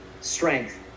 strength